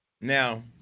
Now